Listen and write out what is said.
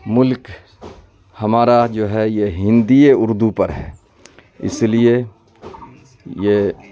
ملک ہمارا جو ہے یہ ہندی یا اردو پر ہے اس لیے یہ